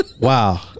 Wow